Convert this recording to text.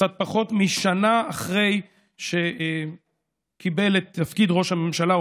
קצת פחות משנה אחרי שקיבל את תפקיד ראש הממשלה,